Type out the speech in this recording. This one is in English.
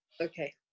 okay